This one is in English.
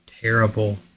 terrible